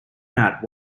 mat